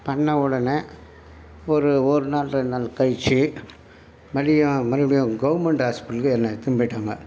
பண்ண உடனே ஒரு ஒருநாள் ரெண்டுநாள் கழித்து மதியம் மறுபடியும் கவர்மெண்ட் ஹாஸ்பிட்டலுக்கு என்னை எடுத்துனு போய்ட்டாங்க